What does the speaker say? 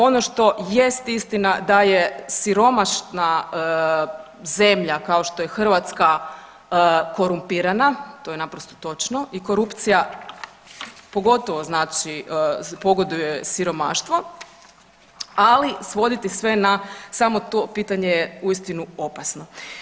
Ono što jest istina da je siromašna zemlja kao što je Hrvatska korumpirana, to je naprosto točno i korupcija pogotovo znači pogoduje siromaštvo, ali svoditi sve na samo to pitanje je uistinu opasno.